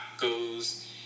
goes